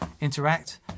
interact